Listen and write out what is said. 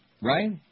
Right